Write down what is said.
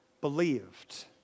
believed